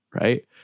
right